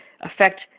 affect